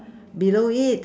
below it